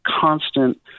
constant